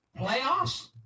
Playoffs